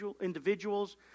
individuals